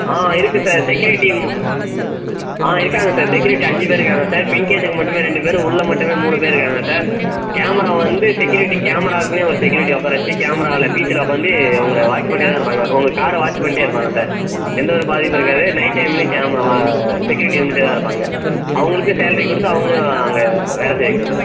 ஆ இருக்குது sir security ஆ இருக்காங்க சார் செக்யூரிட்டி அஞ்சுப்பேர் இருக்காங்க சார் பின் கேட்டுக்கு மட்டுமே ரெண்டுப்பேர் உள்ளே மட்டுமே மூணு பேர் இருக்காங்க சார் கேமரா வந்து செக்யூரிட்டி கேமராவுக்குமே ஒரு செக்யூரிட்டியை உட்கார வச்சு கேமராவுல பீசில உட்காந்து உங்கள வாட்ச் பண்ணிகிட்டே தான் இருப்பாங்க உங்க காரை வாட்ச் பண்ணிகிட்டே இருப்பாங்க சார் எந்த ஒரு பாதிப்பும் இருக்காது நைட் டைம்லையும் கேமரா செக்யூரிட்டி இருந்துகிட்டே தான் இருப்பாங்க அவங்களுக்குமே சேலரி கொடுத்து அவங்களும் அங்கே வேலை செய்ய வைக்கிறோம் சார்